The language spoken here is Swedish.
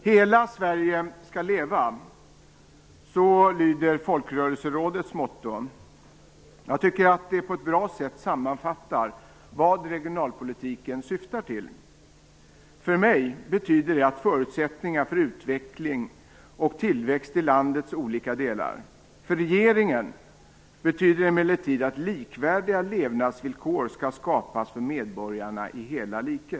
Hela Sverige skall leva - så lyder Folkrörelserådets motto. Jag tycker att det på ett bra sätt sammanfattar vad regionalpolitiken syftar till. För mig betyder det förutsättningar för utveckling och tillväxt i landets olika delar. För regeringen betyder det emellertid att likvärdiga levnadsvillkor skall skapas för medborgarna i hela riket.